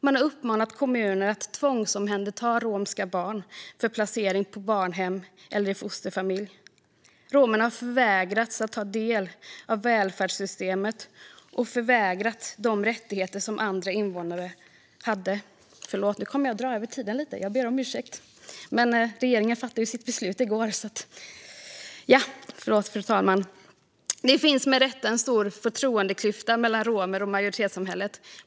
Man har uppmanat kommuner att tvångsomhänderta romska barn för placering på barnhem eller i fosterfamilj. Romerna har förvägrats att ta del av välfärdssystemet och förvägrats de rättigheter som andra invånare hade. Jag kommer att dra över min talartid lite, vilket jag ber om ursäkt för. Regeringen fattade ju sitt beslut i går. Fru talman! Det finns med rätta en stor förtroendeklyfta mellan romer och majoritetssamhället.